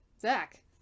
Zach